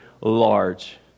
large